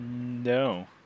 No